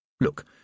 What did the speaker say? Look